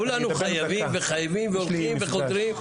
כולנו חייבים וחייבים והולכים וחוזרים.